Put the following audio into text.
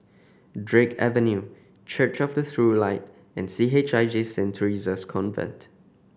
Drake Avenue Church of the True Light and C H I J Saint Theresa's Convent